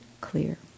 clear